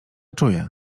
czuje